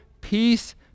peace